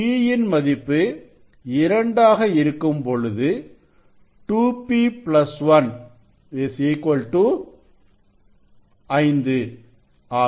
P யின் மதிப்பு இரண்டாக இருக்கும் பொழுது 2p1 5 ஆகும்